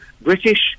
British